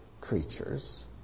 creatures